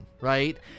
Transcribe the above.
right